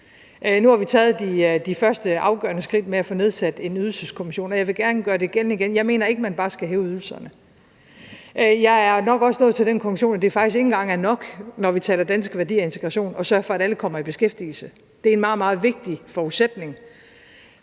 Nu har vi taget de første afgørende skridt med at få nedsat en Ydelseskommission, og jeg vil gerne sige det igen-igen: Jeg mener ikke, at man bare skal hæve ydelserne. Jeg er nok også nået til den konklusion, at det faktisk ikke engang er nok, når vi taler danske værdier og integration, at sørge for, at alle kommer i beskæftigelse. Det er en meget, meget vigtig forudsætning